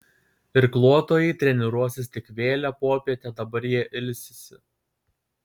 irkluotojai treniruosis tik vėlią popietę dabar jie ilsisi